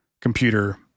computer